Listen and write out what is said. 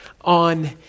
on